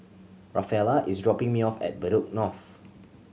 Rafaela is dropping me off at Bedok North